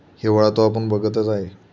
हिवाळा तो आपण बघतच आहे